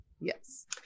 Yes